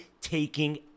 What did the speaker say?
taking